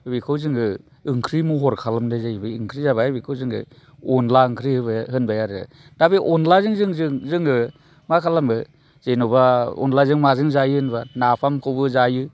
बेखौ जोङो ओंख्रि महर खालामनाय जायो बे ओंख्रि जाबाय बेखौ जोङो अनद्ला ओंख्रि होनबाय आरो दा बे अनद्लाजों जों जोङो मा खालामो जेन'बा अनद्लाजों माजों जायो होनोब्ला नाफामखौबो जायो